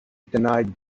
denied